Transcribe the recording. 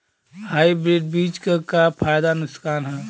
Hybrid बीज क का फायदा नुकसान ह?